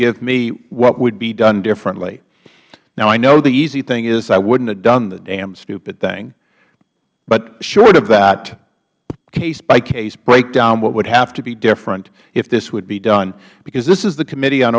give me what would be done differently now i know the easy thing is i wouldn't have done the damn stupid thing but short of that casebycase breakdown what would have to be different if this would be done because this is the committee on